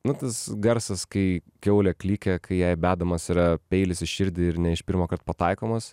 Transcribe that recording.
nu tas garsas kai kiaulė klykia kai jai bedamas yra peilis į širdį ir ne iš pirmo kart pataikomas